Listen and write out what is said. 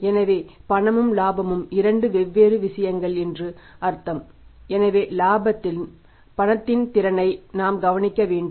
எனவே பணமும் இலாபமும் இரண்டு வெவ்வேறு விஷயங்கள் என்று அர்த்தம் எனவே இலாபத்தின் பணத் திறனை நாம் கவனிக்க வேண்டும்